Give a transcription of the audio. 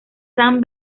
san